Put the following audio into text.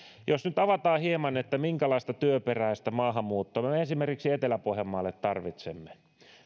jos nyt avataan hieman minkälaista työperäistä maahanmuuttoa me esimerkiksi etelä pohjanmaalle tarvitsemme